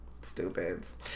Stupids